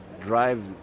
drive